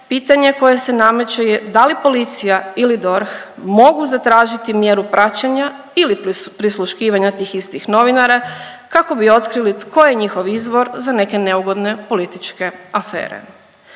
pitanje koje se nameće je da li policija ili DORH mogu zatražiti mjeru praćenja ili prisluškivanja tih istih novinara kako bi otkrili tko je njihov izvor za neke neugodne političke afere.